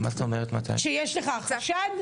כשיש לך חשד?